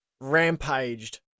rampaged